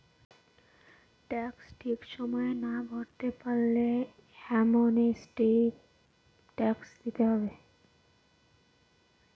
tax ঠিক সময়ে না ভরতে পারলে অ্যামনেস্টি ট্যাক্স দিতে হয়